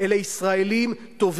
מי ישלם לילדים שלו?